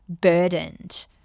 burdened